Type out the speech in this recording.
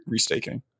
restaking